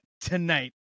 tonight